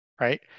right